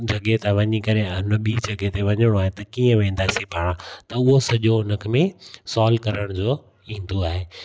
जॻहि तां वञी करे या हुन ॿी जॻहि ते वञिणो आहे त कीअं वेंदासीं पाण त उहो सॼो उन में सॉल्व करण जो ईंदो आहे